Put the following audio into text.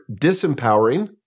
disempowering